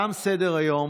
תם סדר-היום.